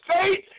faith